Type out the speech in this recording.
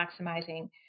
maximizing